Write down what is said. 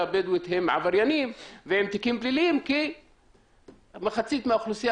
הבדואית הם עבריינים עם תיקים פליליים כי מחצית האוכלוסייה